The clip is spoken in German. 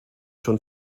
schon